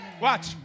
Watch